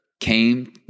came